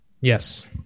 Yes